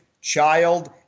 child